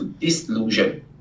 disillusion